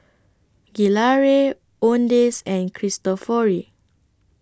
Gelare Owndays and Cristofori